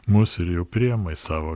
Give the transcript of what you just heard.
mus ir jau priima į savo